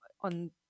on